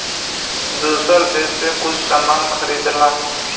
दूसर देस से कुछ सामान खरीदेला